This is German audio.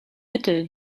mittel